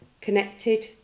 connected